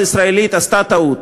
המשלחת הישראלית עשתה טעות